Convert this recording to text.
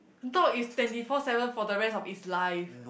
dog is twenty four seven for the rest of its life